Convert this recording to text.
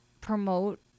promote